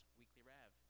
weeklyrev